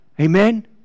Amen